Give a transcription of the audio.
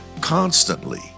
constantly